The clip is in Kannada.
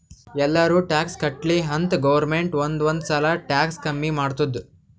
ಎಲ್ಲಾರೂ ಟ್ಯಾಕ್ಸ್ ಕಟ್ಲಿ ಅಂತ್ ಗೌರ್ಮೆಂಟ್ ಒಂದ್ ಒಂದ್ ಸಲಾ ಟ್ಯಾಕ್ಸ್ ಕಮ್ಮಿ ಮಾಡ್ತುದ್